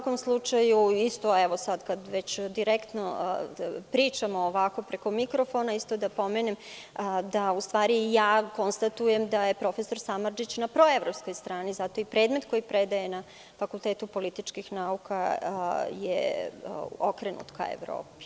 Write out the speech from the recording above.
Kad već direktno pričamo ovako preko mikrofona, isto da pomenem da u stvari konstatujem da je profesor Samardžić na proevropskoj strani, zato i predmet koji predaje na fakultetu Političkih nauka je okrenut ka Evropi.